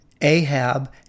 Ahab